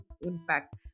impact